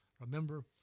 remember